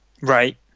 Right